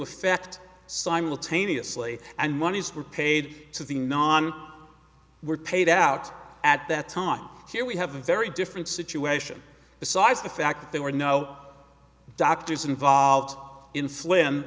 effect simultaneously and monies were paid to the non were paid out at that time here we have a very different situation besides the fact that there were no doctors involved in